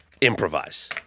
improvise